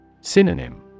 Synonym